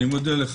תודה,